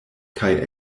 kaj